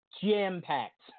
jam-packed